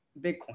Bitcoin